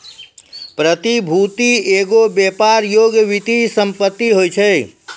प्रतिभूति एगो व्यापार योग्य वित्तीय सम्पति होय छै